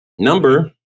Number